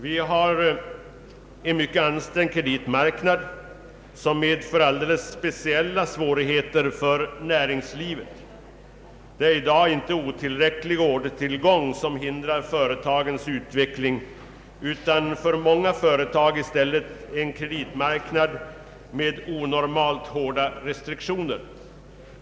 Vi har en mycket ansträngd kreditmarknad som medför alldeles speciella svårigheter för näringslivet. Det är i dag inte otillräcklig ordertillgång som hindrar företagens utveckling utan många gånger i stället en kreditmarknad med onormalt hårda restriktioner.